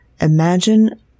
Imagine